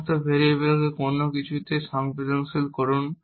সমস্ত ভেরিয়েবলকে কোনো কিছুতে সংবেদনশীল করুন